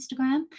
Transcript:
instagram